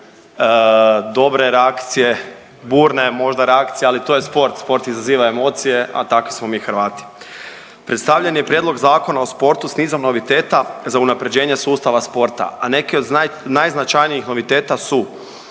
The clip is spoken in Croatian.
dobre reakcije, burne možda reakcije, ali to je sport. Sport izaziva emocije, a takvi smo mi Hrvati. Predstavljen je Prijedlog Zakona o sportu s nizom noviteta za unapređenje sustava sporta, a neki od najznačajnijih noviteta su